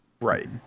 Right